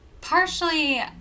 partially